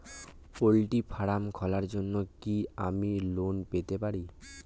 Poultry farm খোলার জন্য কি আমি লোন পেতে পারি?